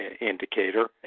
indicator